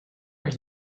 are